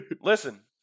Listen